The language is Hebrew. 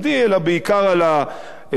אלא בעיקר על מפעל